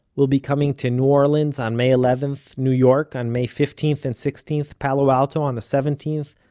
will be coming to new orleans on may eleventh, new york on may fifteenth and sixteenth, palo alto on the seventeenth,